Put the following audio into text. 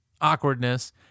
awkwardness